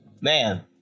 man